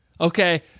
Okay